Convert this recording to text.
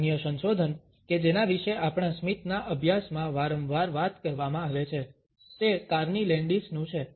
અન્ય સંશોધન કે જેના વિશે આપણા સ્મિતના અભ્યાસમાં વારંવાર વાત કરવામાં આવે છે તે કાર્ની લેન્ડિસનું છે